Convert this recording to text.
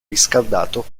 riscaldato